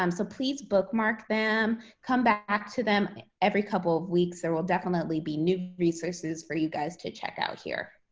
um so please bookmark them, come back to them every couple of weeks. there will definitely be new resources for you guys to check out here.